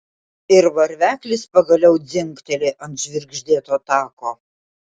ir varveklis pagaliau dzingteli ant žvirgždėto tako